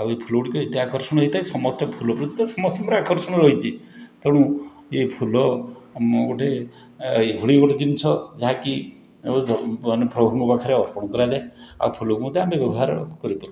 ଆଉ ଏ ଫୁଲଗୁଡ଼ିକ ଏତେ ଆକର୍ଷଣୀୟ ହେଇଥାଏ ସମସ୍ତେ ଫୁଲ ପ୍ରତି ତ ସମସ୍ତଙ୍କର ଆକର୍ଷଣ ରହିଛି ତେଣୁ ଏ ଫୁଲ ମୁଁ ଗୋଟେ ଏଭଳି ଗୋଟେ ଜିନଷ ଯାହାକି ମାନେ ପ୍ରଭୁଙ୍କ ପାଖରେ ଅର୍ପଣ କରାଯାଏ ଆଉ ଫୁଲକୁ ମଧ୍ୟ ଆମେ ବ୍ୟବହାର କରିପାରୁ